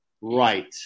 Right